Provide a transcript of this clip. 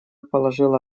положила